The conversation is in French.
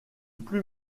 plus